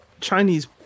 Chinese